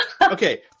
okay